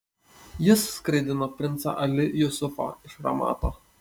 jis skraidino princą ali jusufą iš ramato